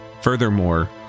Furthermore